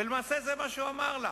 ולמעשה זה מה שהוא אמר לה.